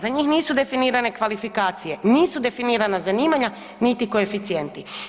Za njih nisu definirane kvalifikacije, nisu definirana zanimanja niti koeficijenti.